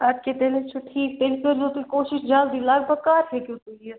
اَدٕ کیٛاہ تیٚلہِ حظ چھُ ٹھیٖک تیٚلہِ کٔرۍزیٚو تُہۍ کوٗشِس جلدی لگ بھگ کَر ہیٚکِو تُہۍ یِتھ